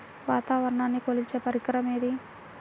వాతావరణాన్ని కొలిచే పరికరం ఏది?